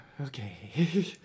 okay